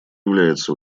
является